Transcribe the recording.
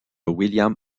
william